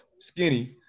Skinny